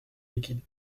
liquide